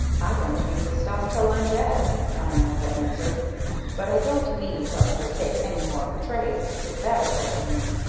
i don't mean to stop till i'm dead, diantha answered but i don't mean to undertake any more trades, if that is what you mean.